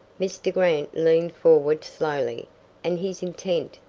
mr. grant leaned forward slowly and his intent,